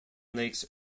lakes